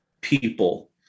people